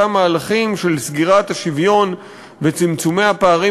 אותם מהלכים של סגירת השוויון וצמצומי הפערים